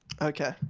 Okay